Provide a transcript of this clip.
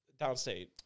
downstate